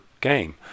game